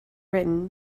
written